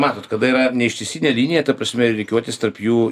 matot kada yra ne ištisinė linija ta prasme rikiuotis tarp jų